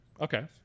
Okay